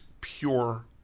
pure